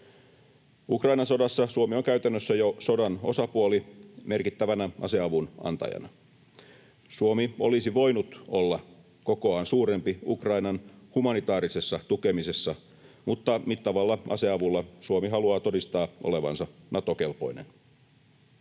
Ukrainan sodassa Suomi on käytännössä jo sodan osapuoli merkittävänä aseavun antajana. Suomi olisi voinut olla kokoaan suurempi Ukrainan humanitaarisessa tukemisessa, mutta mittavalla aseavulla Suomi haluaa todistaa olevansa Nato-kelpoinen.